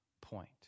point